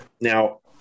Now